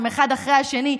אחד אחרי השני,